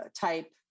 type